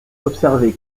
observé